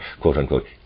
quote-unquote